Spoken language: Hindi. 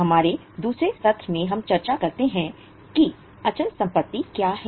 हमारे दूसरे सत्र में हम चर्चा करते हैं कि अचल संपत्ति क्या है